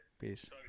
Peace